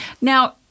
Now